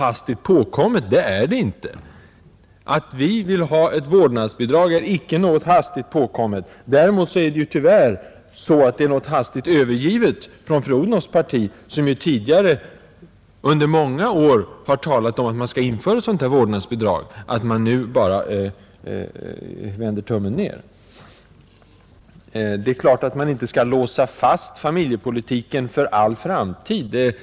Att vårt förslag om ett vårdnadsbidrag skulle vara ett hastigt påkommet förslag är fel. Däremot ligger det någonting av hastigt övergivande i den här frågan från fru Odhnoffs sida och hennes parti, som tidigare under många år har talat om att införa ett vårdnadsbidrag, men nu bara vänder tummen ned. Det är klart att man inte skall låsa fast familjepolitiken för all framtid.